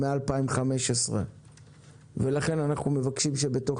מאז 2015. לכן אנחנו מבקשים שבתוך